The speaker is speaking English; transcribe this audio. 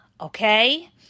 Okay